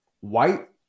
white